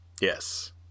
Yes